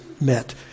met